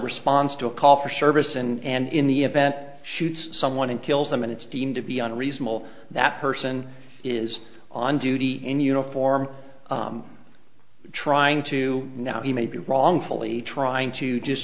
responds to a call for service and in the event shoots someone and kills them and it's deemed to be unreasonable that person is on duty in uniform trying to now he may be wrongfully trying to just